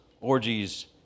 orgies